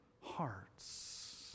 hearts